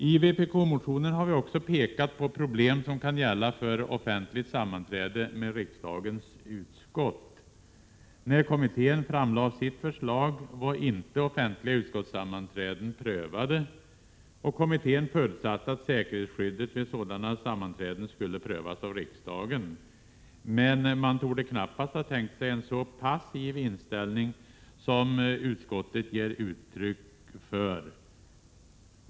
I vpk-motionen har vi också pekat på problem som kan gälla för offentligt sammanträde med riksdagens utskott. När kommittén framlade sitt förslag var inte offentliga utskottssammanträden prövade. Kommittén förutsatte att säkerhetsskyddet vid sådana sammanträden skulle prövas av riksdagen, men man torde knappast ha tänkt sig en så passiv inställning som utskottet ger uttryck för.